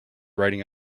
riding